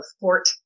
fort